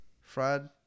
Fred